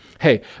hey